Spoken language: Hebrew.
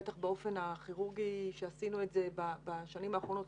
בטח באופן הכירורגי שבו עשינו את זה בשנים האחרונות,